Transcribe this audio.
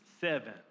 Seven